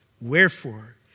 Wherefore